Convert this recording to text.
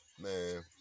man